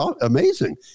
amazing